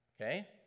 okay